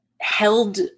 held